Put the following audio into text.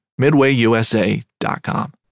MidwayUSA.com